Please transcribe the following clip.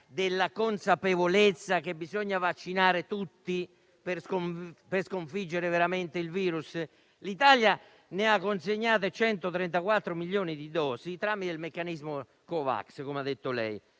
della consapevolezza che bisogna vaccinare tutti per sconfiggere veramente il *virus*? L'Italia ha consegnato 134 milioni di dosi tramite il meccanismo Covax, come lei ha detto, e